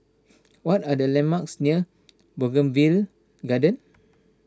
what are the landmarks near Bougainvillea Garden